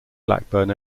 blackburn